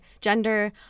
gender